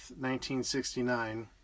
1969